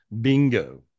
bingo